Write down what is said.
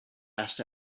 asked